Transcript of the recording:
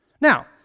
Now